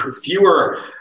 Fewer